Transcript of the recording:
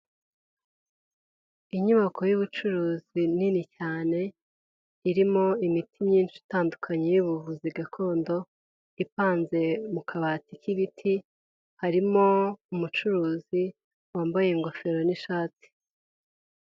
Inyubako y'ubucuruzi nini cyane irimo imiti myinshi itandukanye y'ubuvuzi gakondo ipanze mu kabati k'ibiti, harimo umucuruzi wambaye ingofero n'ishati.